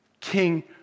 king